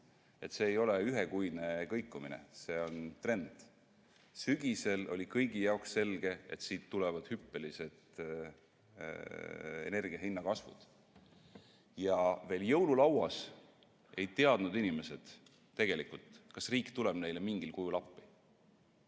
See ei ole ühekuine kõikumine, see on trend. Sügisel oli kõigi jaoks selge, et siit tulevad hüppelised energiahinna kasvud. Veel jõululauas ei teadnud inimesed tegelikult, kas riik tuleb neile mingil kujul appi.